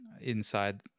inside